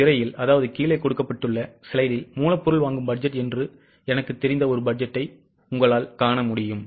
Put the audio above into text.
திரையில் மூலப்பொருள் வாங்கும் பட்ஜெட் என்று எனக்குத் தெரிந்த ஒரு பட்ஜெட்டை நீங்கள் காண முடியும்